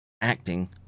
acting